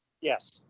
Yes